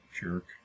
Jerk